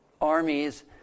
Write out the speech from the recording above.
armies